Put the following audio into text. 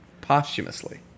Posthumously